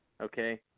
okay